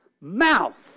mouth